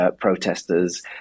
protesters